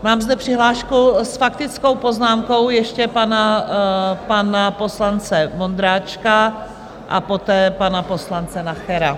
Mám zde přihlášku s faktickou poznámkou ještě pana poslance Vondráčka a poté pana poslance Nachera.